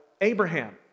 Abraham